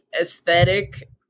aesthetic